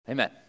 Amen